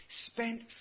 spent